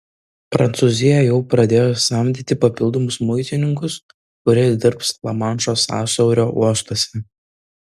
prancūzija jau pradėjo samdyti papildomus muitininkus kurie dirbs lamanšo sąsiaurio uostuose